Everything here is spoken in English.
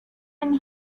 and